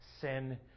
sin